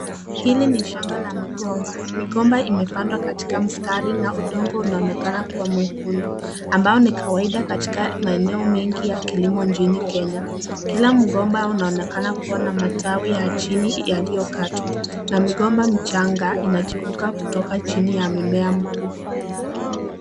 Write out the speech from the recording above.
Hili ni shamba la migomba, migomba imepandwa katika mstari na udongo inaonekana kuwa mwekundu, ambao ni kawaida katika maeneo mengi ya kilimo nchini Kenya. Kila mgomba unaonekana kuwa na matawi ya chini yaliyokatwa na migomba michanga inachipuka kutoka chini ya mimea mkuu.